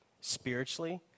spiritually